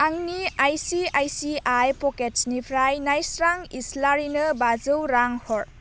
आंनि आइसिआइसिआइ प'केट्सनिफ्राय नायस्रां इस्लारिनो बाजौ रां हर